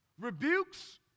rebukes